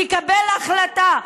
תקבל החלטה: